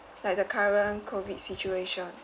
like the current COVID situation